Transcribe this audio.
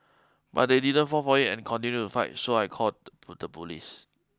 but they didn't fall for it and continued to fight so I called the the police